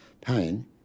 pain